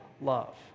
love